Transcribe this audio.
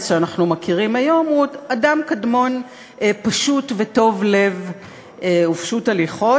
שאנחנו מכירים היום הוא אדם קדמון טוב לב ופשוט הליכות.